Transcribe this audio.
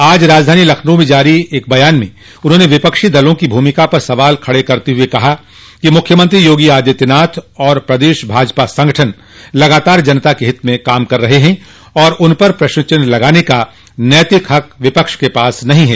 आज राजधानी लखनऊ में जारी एक बयान में उन्होंने विपक्षी दलों की भूमिका पर सवाल खड़े करते हुए कहा कि मुख्यमंत्री योगी आदित्यनाथ और प्रदेश भाजपा संगठन लगातार जनता के हित में काम कर रहे हैं और उन पर प्रश्न चिन्ह लगाने का नैतिक हक विपक्ष के पास नहीं है